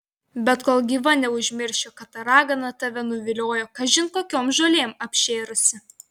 bet kol gyva neužmiršiu kad ta ragana tave nuviliojo kažin kokiom žolėm apšėrusi